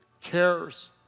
cares